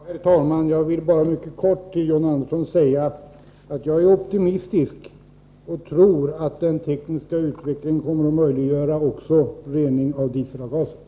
Herr talman! Jag vill bara mycket kort till John Andersson säga att jag är optimistisk och tror att den tekniska utvecklingen kommer att möjliggöra också rening av dieselavgaser.